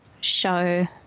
show